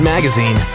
Magazine